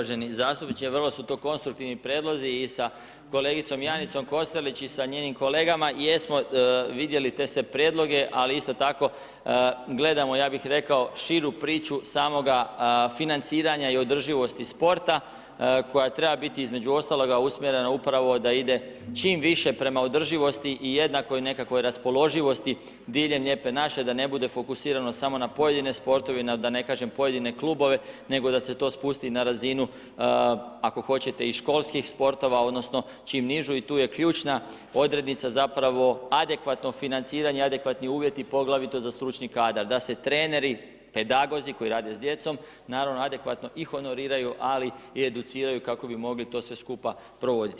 Uvaženi zastupniče, vrlo su to konstruktivni prijedlozi i sa kolegicom Janicom Kostelić i sa njenim kolegama jesmo vidjeli te sve prijedloge ali isto tako gledamo ja bih rekao širu priču samoga financiranja i održivosti sporta, koja treba biti između ostaloga usmjerena upravo da ide čim više prema održivosti i jednakoj nekakvoj raspoloživosti diljem Lijepe naše, da ne bude fokusirano samo na pojedine sportove i da ne kažem na pojedine klubove, nego da se to spusti na razinu ako hoćete i školskih sportova odnosno čim nižu i to je ključna odrednica zapravo adekvatnog financiranja i adekvatni uvjeti poglavito za stručni kadar, da se treneri, pedagozi, koji rade s djecom naravno adekvatno i honoriraju ali i educiraju kako bi mogli to sve skupa provoditi.